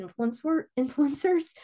influencers